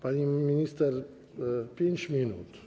Pani minister - 5 minut.